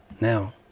now